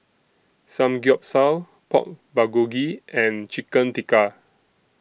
Samgyeopsal Pork Bulgogi and Chicken Tikka